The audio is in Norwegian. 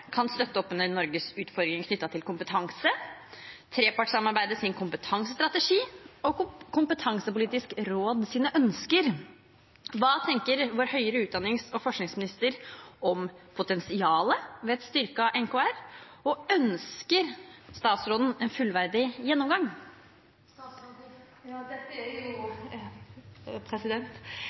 kan støtte opp under Norges utfordringer knyttet til kompetanse, trepartssamarbeidets kompetansestrategi og Kompetansepolitisk råds ønsker. Hva tenker vår høyere utdannings- og forskningsminister om potensialet ved et styrket NKR, og ønsker statsråden en fullverdig gjennomgang? Dette er